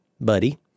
buddy